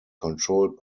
controlled